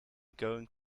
going